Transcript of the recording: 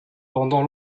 pendant